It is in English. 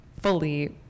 fully